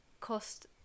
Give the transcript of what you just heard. cost